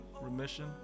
remission